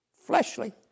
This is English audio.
fleshly